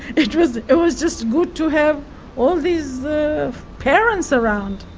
it was it was just good to have all these parents around.